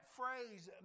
phrase